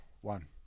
One